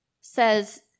says